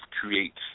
creates